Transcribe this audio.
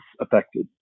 affected